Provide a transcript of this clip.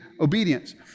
obedience